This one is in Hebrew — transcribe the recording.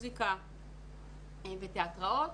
מוסיקה ותיאטראות.